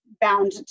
bound